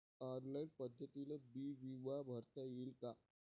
Online पद्धतीनं बी बिमा भरता येते का?